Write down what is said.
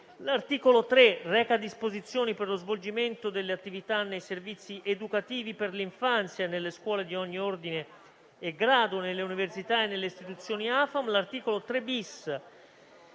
L'articolo 3 reca disposizioni per lo svolgimento delle attività nei servizi educativi per l'infanzia, nelle scuole di ogni ordine e grado, nelle università e nelle Istituzioni di alta formazione